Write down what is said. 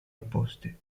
opposti